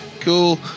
Cool